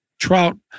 trout